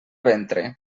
ventre